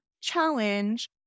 challenge